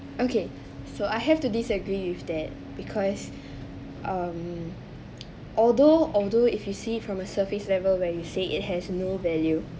okay so I have to disagree with that because um although although if you see from a surface level where you said it has no value